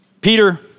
Peter